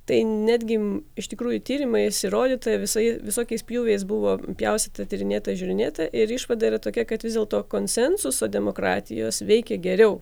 tai netgi iš tikrųjų tyrimais įrodyta visaip visokiais pjūviais buvo pjaustyta tyrinėta žiūrinėta ir išvada tokia kad vis dėlto konsensuso demokratijos veikė geriau